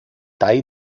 thai